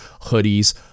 hoodies